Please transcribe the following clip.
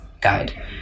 guide